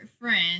friends